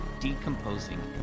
decomposing